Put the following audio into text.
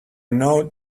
know